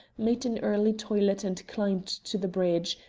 made an early toilet and climbed to the bridge,